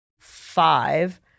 five